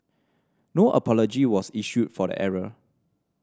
no apology was issued for the error